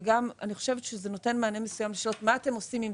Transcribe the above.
ואני חושבת שזה נותן מענה מסוים לשאלה מה אתם עושים עם